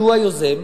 הוא היוזם,